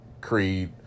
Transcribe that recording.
Creed